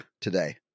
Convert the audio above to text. today